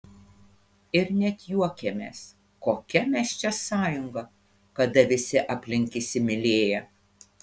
ir net juokėmės kokia mes čia sąjunga kada visi aplink įsimylėję